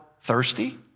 thirsty